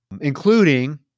including